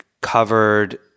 covered